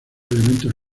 elementos